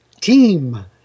Team